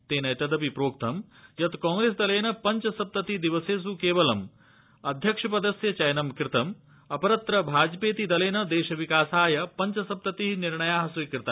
तेन एतदपि प्रोक्त यत् कांप्रेसदलेन पञ्चसप्तति दिवसेस् केवल अध्यक्षपदस्य चयन कृतं अपरत्र भाजपेति दलेन देशविकासाय पञ्चसप्तति निर्णया स्वीकृता